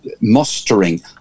mustering